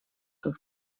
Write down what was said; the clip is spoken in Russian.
как